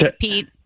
Pete